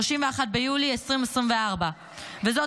31 ביולי 2024. זאת,